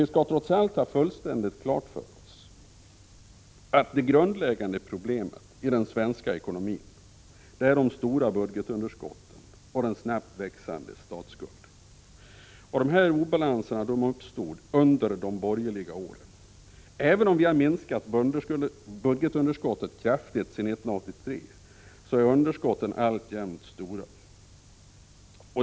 Vi skall trots allt ha fullständigt klart för oss att det är de stora budgetunderskotten och den snabbt växande statsskulden som är det grundläggande problemet i den svenska ekonomin. Dessa obalanser uppstod under de borgerliga åren. Även om vi har minskat budgetunderskotten kraftigt sedan 1983 är underskotten alltjämt stora.